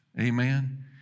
Amen